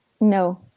No